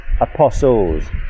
apostles